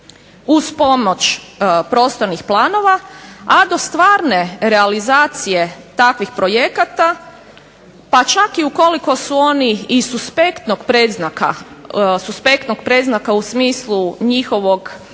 uz pomoć prostornih planova, a do stvarne realizacije takvih projekata, pa čak i ukoliko su oni i suspektnog predznaka u smislu njihovog